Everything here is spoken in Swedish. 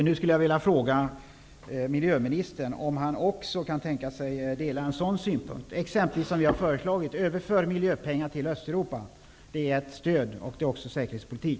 Nu vill jag fråga miljöministern om han också kan tänka sig att dela en sådan synpunkt. Vi har t.ex. föreslagit att vi skall överföra miljöpengar till Östeuropa. Det är ett stöd, och det är även säkerhetspolitik.